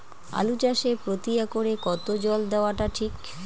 আলু চাষে প্রতি একরে কতো জল দেওয়া টা ঠিক?